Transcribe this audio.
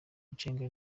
gusenga